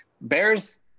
Bears